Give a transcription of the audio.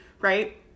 right